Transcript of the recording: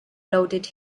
lauded